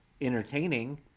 entertaining